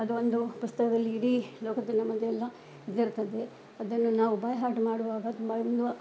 ಅದು ಒಂದು ಪುಸ್ತಕದಲ್ಲಿ ಇಡೀ ಲೋಕದಲ್ಲಿ ನಮ್ಮದೆಲ್ಲ ಇದಿರ್ತದೆ ಅದನ್ನು ನಾವು ಬೈ ಹಾರ್ಟ್ ಮಾಡುವಾಗ ಅದು